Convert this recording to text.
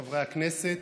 חברי הכנסת,